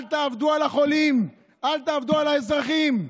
אל תעבדו על החולים, אל תעבדו על האזרחים.